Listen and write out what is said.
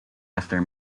after